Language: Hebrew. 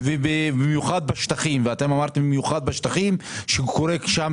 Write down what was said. סך המסים מממיסים ומשמני סיכה זה סדר גודל של 70 מיליון שקל לשנה.